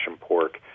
Pork